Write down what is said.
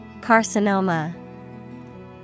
Carcinoma